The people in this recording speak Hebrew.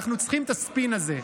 אנחנו צריכים את הספין הזה.